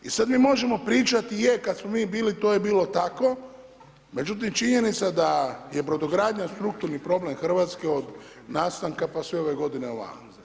I sad mi možemo pričati, je, kad smo mi bilo, to je bilo tako, međutim činjenica da je brodogradnja strukturni problem Hrvatske od nastanka pa sve ove godina ovamo.